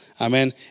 Amen